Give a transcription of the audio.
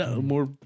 more